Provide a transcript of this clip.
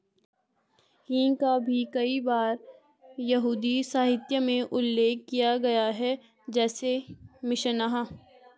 हींग का भी कई बार यहूदी साहित्य में उल्लेख किया गया है, जैसे मिशनाह